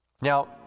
Now